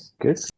good